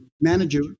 manager